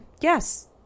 Yes